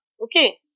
Okay